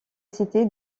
cité